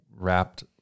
Wrapped